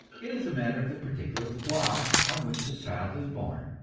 it is a matter of the particular block on which the child is born.